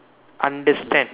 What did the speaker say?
understand